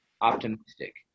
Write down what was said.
optimistic